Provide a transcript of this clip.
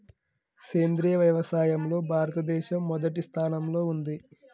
సేంద్రియ వ్యవసాయంలో భారతదేశం మొదటి స్థానంలో ఉంది